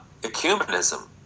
ecumenism